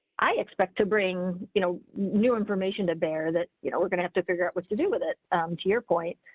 i expect to bring you know new information to bear that you know we're gonna have to figure out what to do with it to your point.